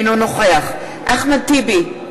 אינו נוכח אחמד טיבי,